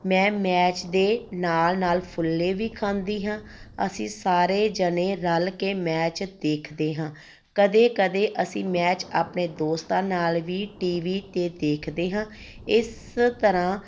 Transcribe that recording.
ਮੈਂ ਮੈਚ ਦੇ ਨਾਲ ਨਾਲ ਫੁੱਲੇ ਵੀ ਖਾਂਦੀ ਹਾਂ ਅਸੀਂ ਸਾਰੇ ਜਣੇ ਰਲ ਕੇ ਮੈਚ ਦੇਖਦੇ ਹਾਂ ਕਦੇ ਕਦੇ ਅਸੀਂ ਮੈਚ ਆਪਣੇ ਦੋਸਤਾਂ ਨਾਲ ਵੀ ਟੀ ਵੀ 'ਤੇ ਦੇਖਦੇ ਹਾਂ ਇਸ ਤਰ੍ਹਾ